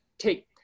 take